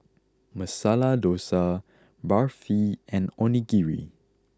Masala Dosa Barfi and Onigiri